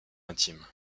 intime